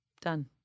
Done